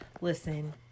Listen